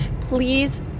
Please